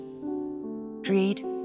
greed